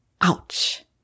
Ouch